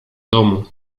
domu